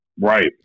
Right